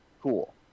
cool